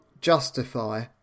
justify